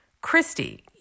Christy